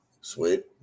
Sweet